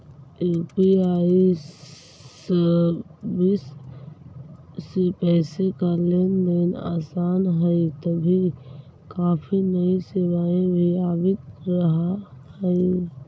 UPI service से पैसे का लेन देन आसान हई तभी काफी नई सेवाएं भी आवित रहा हई